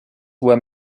were